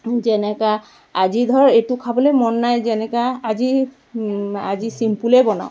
যেনেকা আজি ধৰ এইটো খাবলৈ মন নাই যেনেকা আজি আজি ছিম্পলেই বনাওঁ